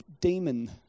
demon